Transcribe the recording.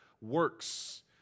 works